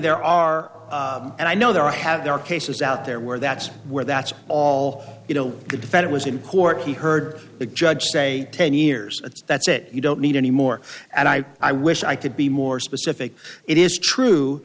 there are and i know there have there are cases out there where that's where that's all you know the defender was in court he heard the judge say ten years ago that's it you don't need any more and i i wish i could be more specific it is true